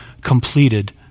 completed